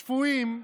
שפויים,